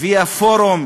והיא הפורום